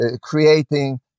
creating